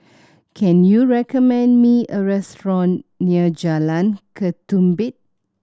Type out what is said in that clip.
can you recommend me a restaurant near Jalan Ketumbit